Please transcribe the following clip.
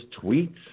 tweets